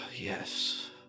yes